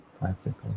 practical